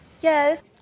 Yes